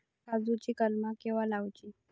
काजुची कलमा केव्हा लावची?